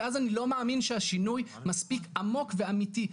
כי אז אני לא מאמין שהשינוי מספיק עמוק ואמיתי,